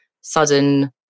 sudden